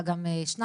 אלא גם שניידר,